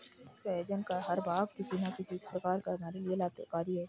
सहजन का हर भाग किसी न किसी प्रकार हमारे लिए लाभकारी होता है